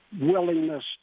willingness